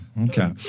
okay